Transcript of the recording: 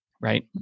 right